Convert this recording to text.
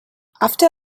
after